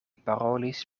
parolis